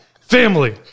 Family